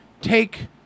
take